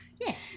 yes